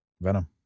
Venom